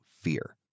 fear